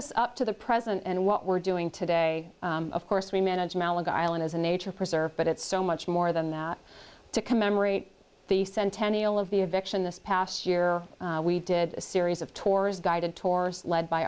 us up to the present and what we're doing today of course we manage malaga island as a nature preserve but it's so much more than that to commemorate the centennial of the eviction this past year we did a series of tours guided tours led by